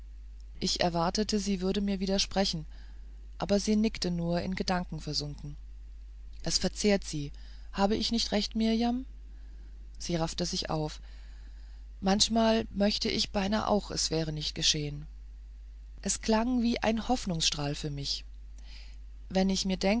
ich erwartete sie würde mir widersprechen aber sie nickte nur in gedanken versunken es verzehrt sie habe ich nicht recht mirjam sie raffte sich auf manchmal möchte ich beinahe auch es wäre nicht geschehen es klang wie ein hoffnungsstrahl für mich wenn ich